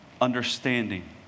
understanding